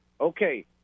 Okay